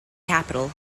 capital